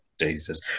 jesus